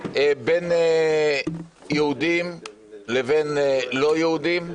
בין יהודים לבין לא יהודים.